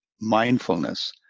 mindfulness